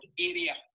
area